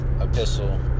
epistle